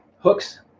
Hooks